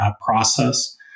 process